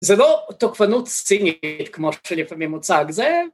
זה לא תוקפנות סינית כמו שלפעמים מוצג, זה.